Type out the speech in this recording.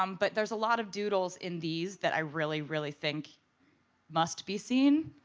um but there's a lot of doodles in these that i really really think must be seen.